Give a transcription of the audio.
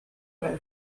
gwerth